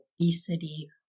obesity